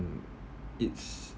hmm it's